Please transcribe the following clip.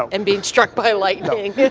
and being struck by lightning.